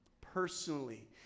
personally